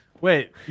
Wait